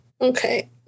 Okay